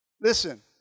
Listen